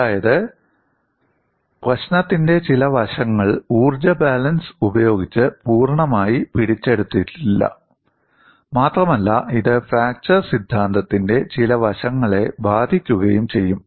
അതായത് പ്രശ്നത്തിന്റെ ചില വശങ്ങൾ ഊർജ്ജ ബാലൻസ് ഉപയോഗിച്ച് പൂർണ്ണമായി പിടിച്ചെടുത്തിട്ടില്ല മാത്രമല്ല ഇത് ഫ്രാക്ചർ സിദ്ധാന്തത്തിന്റെ ചില വശങ്ങളെ ബാധിക്കുകയും ചെയ്യും